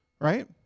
Right